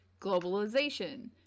globalization